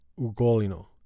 ugolino